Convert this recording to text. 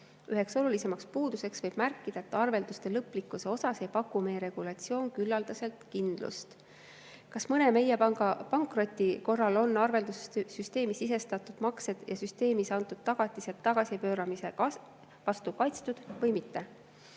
Ühe olulisema puudusena võib märkida, et arvelduste lõplikkuse jaoks ei paku meie regulatsioon küllaldaselt kindlust, kas mõne meie panga pankroti korral on arveldussüsteemi sisestatud maksed ja süsteemis antud tagatised tagasipööramise vastu kaitstud või mitte.